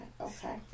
Okay